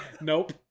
Nope